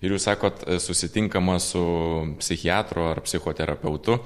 ir jūs sakot susitinkama su psichiatru ar psichoterapeutu